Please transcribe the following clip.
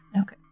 Okay